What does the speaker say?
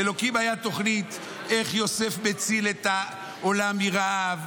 לאלוקים הייתה תוכנית איך יוסף מציל את העולם מרעב,